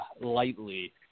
lightly